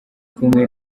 kumwe